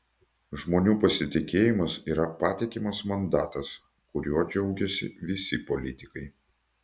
žmonių pasitikėjimas yra patikimas mandatas kuriuo džiaugiasi visi politikai